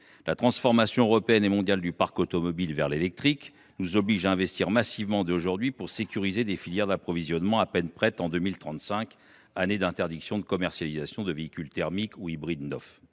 La transformation européenne et mondiale du parc automobile vers l’électrique nous oblige à investir massivement dès aujourd’hui pour sécuriser des filières d’approvisionnement qui seront à peine prêtes en 2035, année d’interdiction de commercialisation des véhicules thermiques ou hybrides neufs.